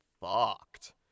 fucked